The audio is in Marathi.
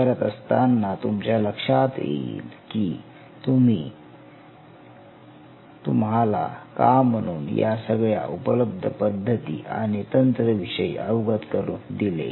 हे करत असताना तुमच्या लक्षात येईल की मी तुम्हाला का म्हणून या सगळ्या उपलब्ध पद्धती आणि तंत्र विषयी अवगत करून दिले